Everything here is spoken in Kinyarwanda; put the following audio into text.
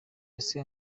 ese